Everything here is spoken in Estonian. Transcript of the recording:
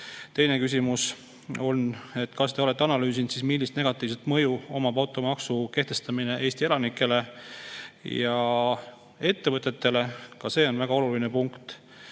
Teine küsimus: "Kas Te olete analüüsinud, millist negatiivset mõju omab automaksu kehtestamine Eesti elanikele ja Eesti ettevõtetele?" Ka see on väga oluline punkt,